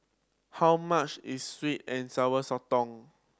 how much is sweet and Sour Sotong